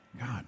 God